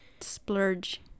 splurge